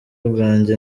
bwanjye